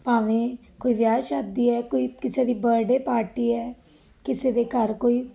ਭਾਵੇਂ ਕੋਈ ਵਿਆਹ ਸ਼ਾਦੀ ਹੈ ਕੋਈ ਕਿਸੇ ਦੀ ਬਰਡੇ ਪਾਰਟੀ ਹੈ ਕਿਸੇ ਦੇ ਘਰ ਕੋਈ